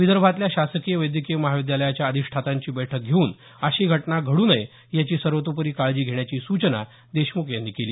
विदर्भातल्या शासकीय वैद्यकीय महाविद्यालयाच्या अधिष्ठातांची बैठक घेऊन अशी घटना घडू नये याची सर्वतोपरी काळजी घेण्याची सूचना देशम्ख यांनी केली